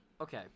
Okay